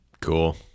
Cool